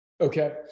Okay